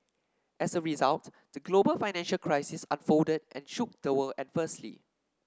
as a result the global financial crisis unfolded and shook the world adversely